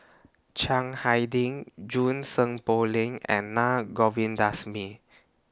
Chiang Hai Ding Junie Sng Poh Leng and Naa Govindasamy